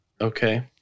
Okay